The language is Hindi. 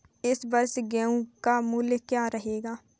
इस वर्ष गेहूँ का मूल्य क्या रहेगा?